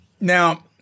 Now